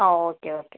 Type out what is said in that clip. ആ okay okay